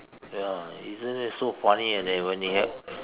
ya isn't it so funny and then when it hap~